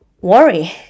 worry